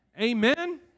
Amen